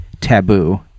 taboo